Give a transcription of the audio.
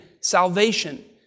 salvation